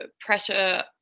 Pressure